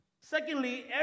Secondly